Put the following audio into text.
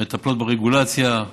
מטפלות ברגולציה.